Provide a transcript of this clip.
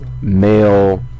male